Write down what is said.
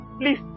please